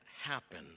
happen